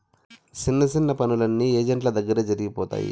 సిన్న సిన్న పనులన్నీ ఏజెంట్ల దగ్గరే జరిగిపోతాయి